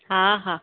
हा हा